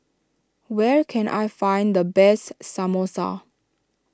where can I find the best Samosa